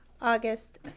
August